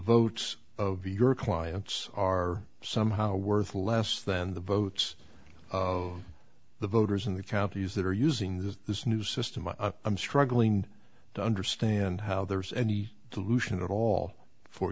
votes of your clients are somehow worth less than the votes of the voters in the counties that are using this this new system of i'm struggling to understand how there's any solution at all for